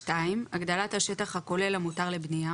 הגדלת השטח הכולל המותר לבנייה,